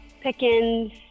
Pickens